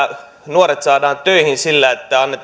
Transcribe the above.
nuoret saadaan töihin sillä että annetaan